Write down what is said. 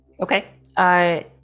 Okay